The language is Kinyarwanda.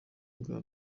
bwa